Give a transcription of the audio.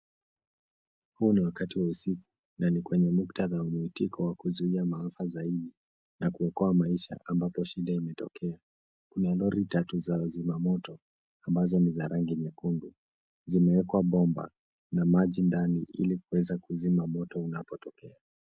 Huu ni wakati wa usiku na ni kwenye muktadha wa muitiko wa kuzuia maafa zaidi na kuokoa maisha ambapo shida imetokea. Kuna lori tatu za wazima moto, ambazo ni za rangi nyekundu. Zimewekwa bomba na maji ndani ili kuweza kuzima moto unapotokea.